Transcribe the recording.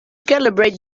calibrate